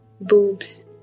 boobs